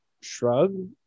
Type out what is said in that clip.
shrug